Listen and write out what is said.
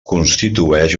constitueix